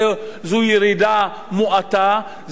זאת ירידה מועטה,